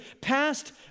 Past